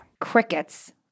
crickets